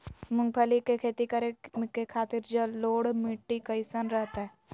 मूंगफली के खेती करें के खातिर जलोढ़ मिट्टी कईसन रहतय?